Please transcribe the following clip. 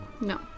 No